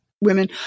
women